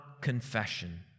confession